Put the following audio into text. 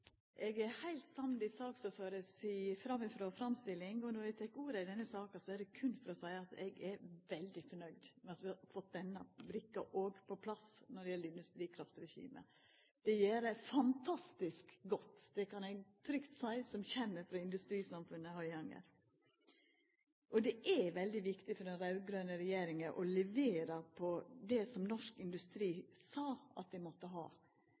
Eg er heilt samd i saksordføraren si framifrå framstilling, og når eg tek ordet i denne saka, er det berre for å seia at eg er veldig fornøgd med at vi har fått denne brikka på plass når det gjeld industrikraftregime. Det gjer fantastisk godt. Det kan eg trygt seia som kjenner industrisamfunnet i Høyanger. Det er veldig viktig for den raud-grøne regjeringa å levera på det som Norsk Industri sa at dei måtte ha,